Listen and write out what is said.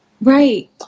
Right